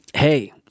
Hey